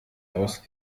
aus